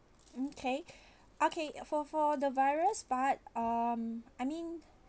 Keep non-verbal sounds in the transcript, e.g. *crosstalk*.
okay *breath* okay for for the virus part um I mean